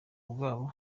bwabo